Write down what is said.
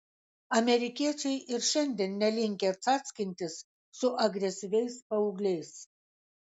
amerikiečiai ir šiandien nelinkę cackintis su agresyviais paaugliais